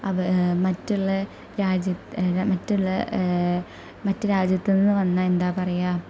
അവ് മറ്റുള്ള രാജ്യത്ത് മറ്റുള്ള മറ്റു രാജ്യത്തു നിന്നു വന്ന എന്താ പറയുക